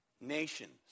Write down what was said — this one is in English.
Nations